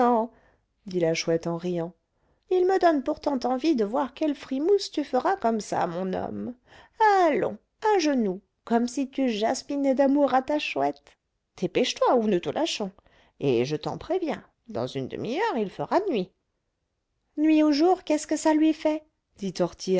dit la chouette en riant il me donne pourtant envie de voir quelle frimousse tu feras comme ça mon homme allons à genoux comme si tu jaspinais d'amour à ta chouette dépêche-toi ou nous te lâchons et je t'en préviens dans une demi-heure il fera nuit nuit ou jour qu'est-ce que ça lui fait dit tortillard